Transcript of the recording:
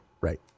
right